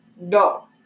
No